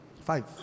Five